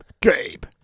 Gabe